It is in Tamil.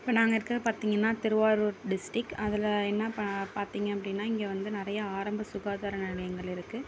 இப்போ நாங்கள் இருக்கிறது பார்த்தீங்கன்னா திருவாரூர் டிஸ்ட்டிக் அதில் என்ன பார்த்தீங்க அப்படின்னா இங்கே வந்து நிறையா ஆரம்ப சுகாதார நிலையங்கள் இருக்குது